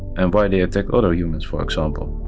and why they attacked other humans for example.